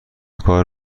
کار